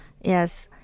yes